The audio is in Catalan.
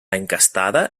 encastada